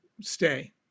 stay